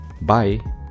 Bye